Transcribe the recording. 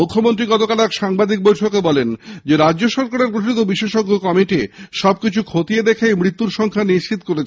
মুখ্যমন্ত্রী গতকাল নবান্নে এক সাংবাদিক বৈঠকে বলেন রাজ্য সরকারের গঠিত বিশেষজ্ঞ কমিটি সবকিছু খতিয়ে দেখে এই মৃত্যুর সংখ্যা নিশ্চিত করেছে